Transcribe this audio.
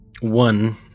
one